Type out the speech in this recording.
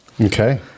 Okay